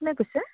কোনে কৈছে